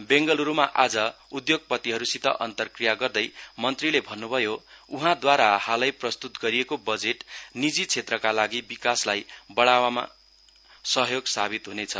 बेङगलुरूमा आज उद्योगपतिहरूसित अन्तक्रिया गर्दै मन्त्रीले भन्नु भयो उहाँद्वारा हाले प्रस्तुत गरिएको बजेट निजी क्षेत्रका लागि विकासलाई बढाउनमा सहयोगि सावित हुनेछ